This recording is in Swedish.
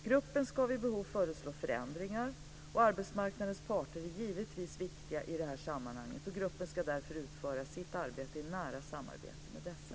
Gruppen ska vid behov föreslå förändringar. Arbetsmarknadens parter är givetvis viktiga i det här sammanhanget, och gruppen ska därför utföra sitt arbete i nära samarbete med dessa.